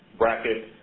bracket,